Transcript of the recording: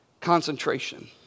Concentration